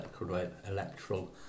electoral